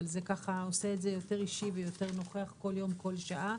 אבל זה ככה עושה את זה יותר אישי ויותר נוכח כל יום וכל שעה.